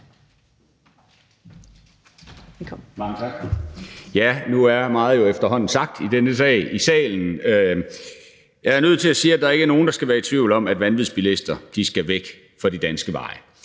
Ja, nu er meget jo efterhånden sagt i denne sag i salen. Jeg er nødt til at sige, at der ikke er nogen, der skal være i tvivl om, at vanvidsbilister skal væk fra de danske veje.